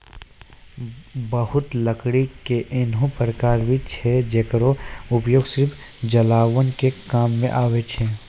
बहुत लकड़ी के ऐन्हों प्रकार भी छै जेकरो उपयोग सिर्फ जलावन के काम मॅ आवै छै